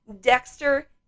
Dexter